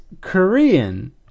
Korean